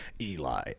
Eli